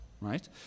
right